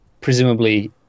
presumably